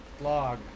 blog